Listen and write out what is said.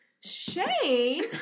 Shane